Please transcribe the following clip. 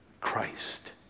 Christ